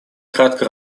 кратко